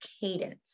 cadence